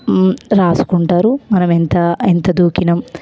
రాసుకుంటారు మనం ఎంత ఎంత దూకినం